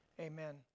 Amen